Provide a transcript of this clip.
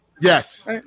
Yes